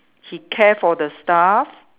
he care for the staff